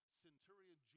centurion